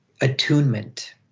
attunement